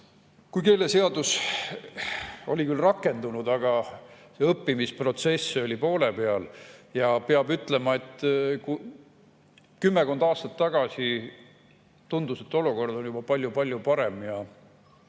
kui keeleseadus oli küll rakendunud, aga õppimisprotsess oli poole peal. Ja peab ütlema, et kümmekond aastat tagasi tundus, et olukord on juba palju-palju parem, ja